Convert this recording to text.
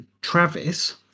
Travis